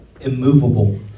immovable